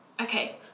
okay